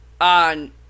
on